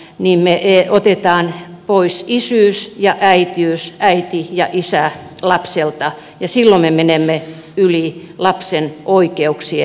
me otamme pois isyyden tai äitiyden äidin tai isän lapselta ja silloin me menemme yli lapsen oikeuksien